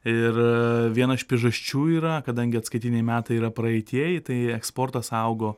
ir viena iš priežasčių yra kadangi atskaitiniai metai yra praeitieji tai eksportas augo